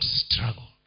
struggle